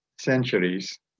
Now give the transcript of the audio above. centuries